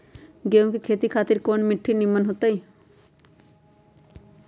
गेंहू की खेती खातिर कौन मिट्टी निमन हो ताई?